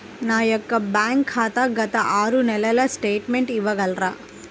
నా యొక్క బ్యాంక్ ఖాతా గత ఆరు నెలల స్టేట్మెంట్ ఇవ్వగలరా?